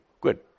Good